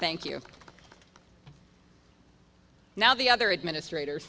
thank you now the other administrator